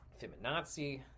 feminazi